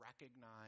recognize